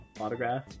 autograph